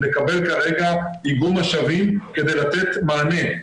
לקבל כרגע איגום משאבים כדי לתת מענה.